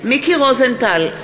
מיקי רוזנטל,